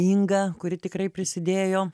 inga kuri tikrai prisidėjo